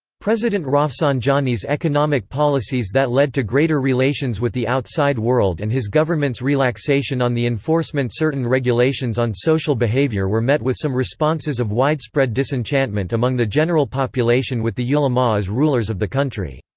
president rafsanjani's economic policies that led to greater relations with the outside world and his government's relaxation on the enforcement certain regulations on social behavior were met with some responses of widespread disenchantment among the general population with the ulama as rulers of the country.